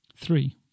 three